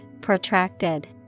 protracted